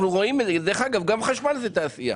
אגב גם חשמל זה תעשייה